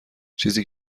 چیزی